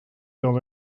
built